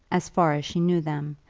as far as she knew them,